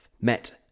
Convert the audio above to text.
met